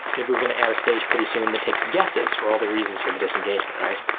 maybe we're going to add a stage pretty soon that takes guesses for all the reasons for the disengagement, right?